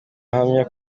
ahamya